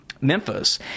Memphis